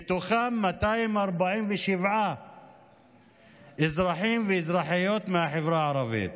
מתוכם 247 אזרחים ואזרחיות מהחברה הערבית,